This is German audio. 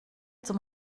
zum